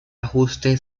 ajuste